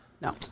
No